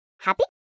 Happy